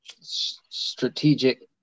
Strategic